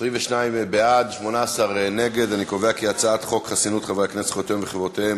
חברי הכנסת, זכויותיהם וחובותיהם